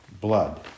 blood